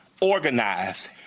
organize